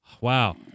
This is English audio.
Wow